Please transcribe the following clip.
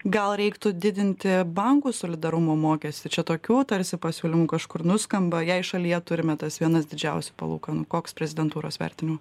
gal reiktų didinti bankų solidarumo mokestį čia tokių tarsi pasiūlymų kažkur nuskamba jei šalyje turime tas vienas didžiausių palūkanų koks prezidentūros vertinimu